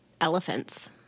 elephants